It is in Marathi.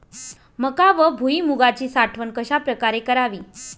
मका व भुईमूगाची साठवण कशाप्रकारे करावी?